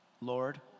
Lord